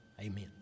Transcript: Amen